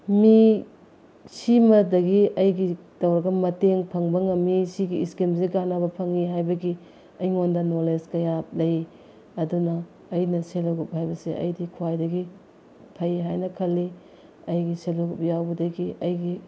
ꯃꯤ ꯁꯤꯃꯗꯒꯤ ꯑꯩꯒꯤ ꯇꯧꯔꯒ ꯃꯇꯦꯡ ꯐꯪꯕ ꯉꯝꯃꯤ ꯁꯤꯒꯤ ꯏꯁꯀꯤꯝꯁꯦ ꯀꯥꯟꯅꯕ ꯐꯪꯉꯤ ꯍꯥꯏꯕꯒꯤ ꯑꯩꯉꯣꯟꯗ ꯅꯣꯂꯦꯖ ꯀꯌꯥ ꯂꯩ ꯑꯗꯨꯅ ꯑꯩꯅ ꯁꯦ ꯂꯦ ꯒ꯭ꯔꯨꯞ ꯍꯥꯏꯕꯁꯦ ꯑꯩꯗꯤ ꯈ꯭ꯋꯥꯏꯗꯒꯤ ꯐꯩ ꯍꯥꯏꯅ ꯈꯜꯂꯤ ꯑꯩ ꯁꯦ ꯂꯦ ꯒ꯭ꯔꯨꯞ ꯌꯥꯎꯕꯗꯒꯤ ꯑꯩꯒꯤ